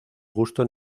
gusto